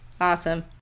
awesome